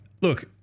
look